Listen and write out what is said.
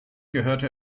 gehörte